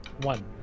One